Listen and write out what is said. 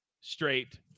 straight